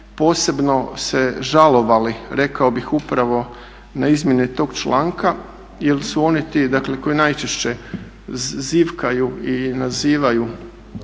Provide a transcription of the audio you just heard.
posebno se žalovali rekao bih upravo na izmjene tog članka jer su oni ti koji najčešće zivkaju i nazivaju